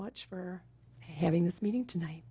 much for having this meeting tonight